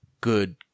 good